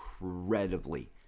incredibly